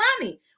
money